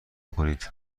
کنید